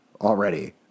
already